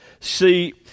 See